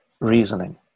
reasoning